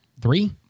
Three